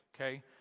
okay